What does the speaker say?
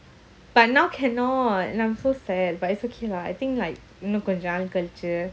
but now cannot like I'm so sad but it's okay lah I think like